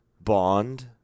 bond